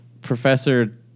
Professor